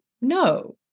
No